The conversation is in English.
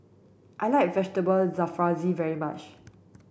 I like Vegetable Jalfrezi very much